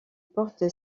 porte